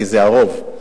כי הן הרוב,